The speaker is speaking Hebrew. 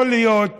יכול להיות